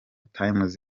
times